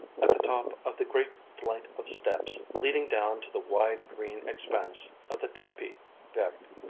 at the top of the great flight of steps leading down to the wide green expanse of the tapis vert.